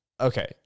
Okay